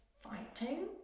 fighting